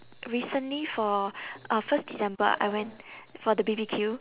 recently for uh first december I went for the B_B_Q